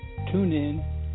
TuneIn